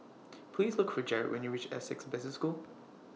Please Look For Jared when YOU REACH Essec Business School